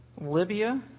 Libya